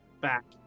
back